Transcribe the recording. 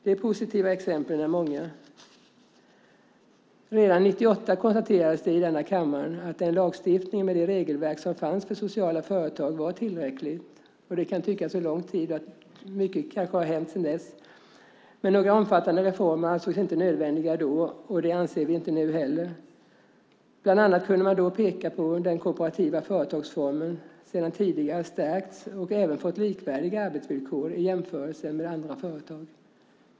De positiva exemplen är många. Redan 1998 konstaterades det i denna kammare att den lagstiftning med det regelverk som fanns för sociala företag var tillräcklig. Man kan tycka att mycket kanske har hänt sedan dess. Men några omfattande reformer ansågs inte nödvändiga då, och det anser vi inte nu heller. Bland annat kunde man då peka på att den kooperativa företagsformen sedan tidigare stärkts och även fått likvärdiga arbetsvillkor i jämförelse med andra företag.